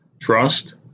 Trust